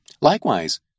Likewise